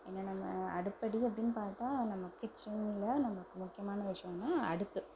ஏன்னா நம்ம அடுப்படி அப்படினு பார்த்தா நம்ம கிச்சன்ல நமக்கு முக்கியமான விஷியன்னா அடுப்பு